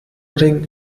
ring